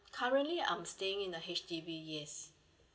currently I'm staying in a H_D_B yes